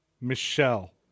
Michelle